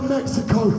Mexico